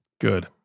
Good